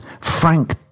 Frank